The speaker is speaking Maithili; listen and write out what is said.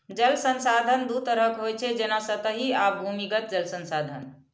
जल संसाधन दू तरहक होइ छै, जेना सतही आ भूमिगत जल संसाधन